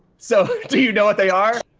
so, do you know what they are?